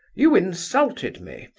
you insulted me,